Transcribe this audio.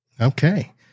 Okay